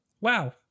wow